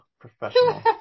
professional